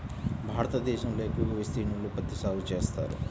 భారతదేశంలో ఎక్కువ విస్తీర్ణంలో పత్తి సాగు చేస్తారు